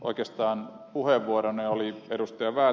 oikeastaan puheenvuoroni oli ed